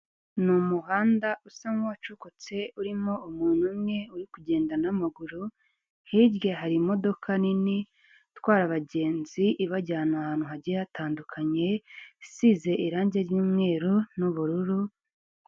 Ni umuhanda usa nkuwacukutse urimo umuntu umwe uri kugenda n'amaguru, hirya hari imodoka nini itwara abagenzi ibajyana ahantu hagiye hatandukanye, isize irangi ry'umweru n'ubururu.